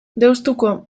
deustuko